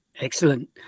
excellent